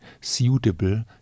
suitable